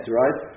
right